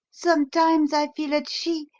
sometimes i feel that she,